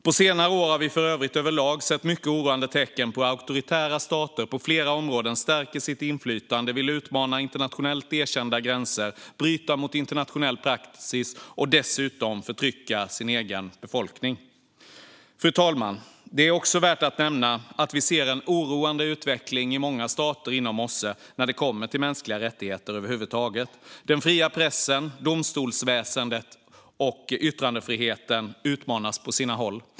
På senare år har vi för övrigt överlag sett mycket oroande tecken på att auktoritära stater på flera områden stärker sitt inflytande och vill utmana internationellt erkända gränser, bryta mot internationell praxis och dessutom förtrycka sin egen befolkning. Fru talman! Det är också värt att nämna att vi ser en oroande utveckling i många stater inom OSSE när det kommer till mänskliga rättigheter över huvud taget. Den fria pressen, domstolsväsendet och yttrandefriheten utmanas på sina håll.